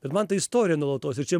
bet man ta istorija nuolatos ir čia